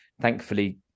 thankfully